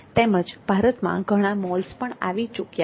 તેમજ ભારતમાં ઘણાં મોલ્સ પણ આવી ચૂક્યા છે